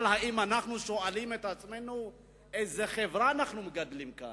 אבל האם אנחנו שואלים את עצמנו איזו חברה אנחנו מגדלים כאן?